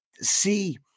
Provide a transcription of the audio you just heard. see